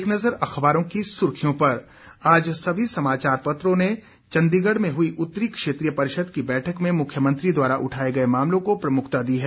एक नज़र अखबारों की सुर्खियों पर आज सभी समाचार पत्रों ने चंडीगढ़ में हुई उत्तरी क्षेत्रीय परिषद की बैठक में मुख्यमंत्री द्वारा उठाए गए मामलों को प्रमुखता दी है